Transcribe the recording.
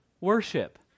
worship